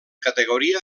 categoria